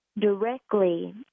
directly